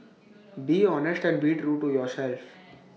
be honest and be true to yourself